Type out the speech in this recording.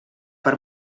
per